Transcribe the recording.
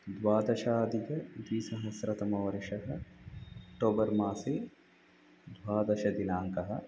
द्वादशाधिकद्विसहस्रतमवर्षः October मासे द्वादशदिनाङ्कः